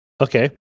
okay